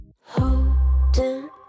Holding